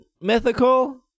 mythical